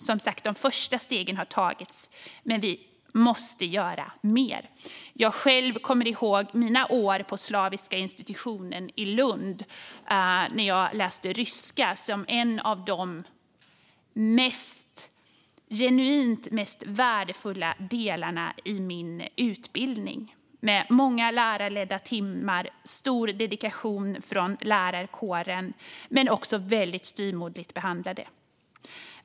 Som sagt har de första stegen tagits, men vi måste göra mer. Jag kommer själv ihåg mina år på Slaviska institutionen i Lund, där jag läste ryska. Det var en av de genuint mest värdefulla delarna i min utbildning med många lärarledda timmar, stor dedikation från lärarkåren men också väldigt styvmoderligt behandlad.